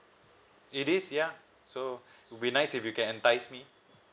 it is ya so would be nice if you can entice me